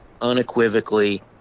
unequivocally